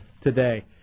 today